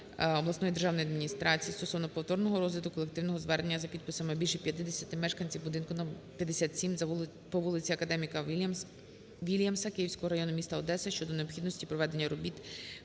обласної державної адміністрації стосовно повторного розгляду колективного звернення за підписами більше п'ятдесяти мешканців будинку 57 по вулиці Академіка Вільямса Київського району міста Одеси щодо необхідності проведення робіт